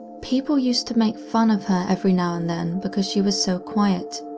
people used to make fun of her every now and then because she was so quiet,